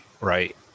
right